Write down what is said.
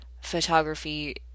photography